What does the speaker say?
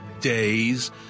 days